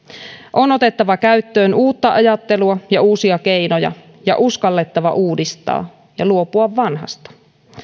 on otettava käyttöön uutta ajattelua ja uusia keinoja ja uskallettava uudistaa ja luopua vanhasta